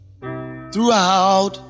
Throughout